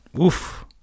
Oof